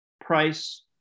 price